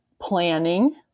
planning